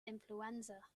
influenza